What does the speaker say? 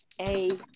a-